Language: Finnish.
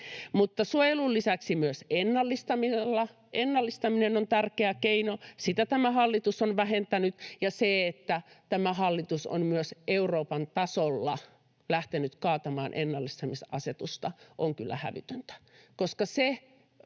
Mutta suojelun lisäksi myös ennallistaminen on tärkeä keino, sitä tämä hallitus on vähentänyt. Se, että tämä hallitus on myös Euroopan tasolla lähtenyt kaatamaan ennallistamisasetusta, on kyllä hävytöntä,